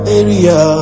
area